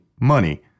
money